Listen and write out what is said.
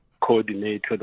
coordinated